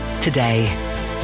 today